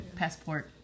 passport